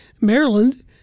Maryland